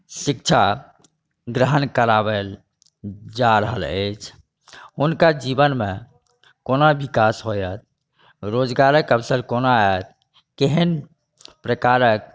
शिक्षा ग्रहण कराओल जा रहल अछि हुनका जीवनमे कोना विकास होयत रोजगारक अवसर कोना आएत केहन प्रकारक